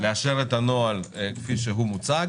לאשר את הנוהל כפי שהוא מוצג,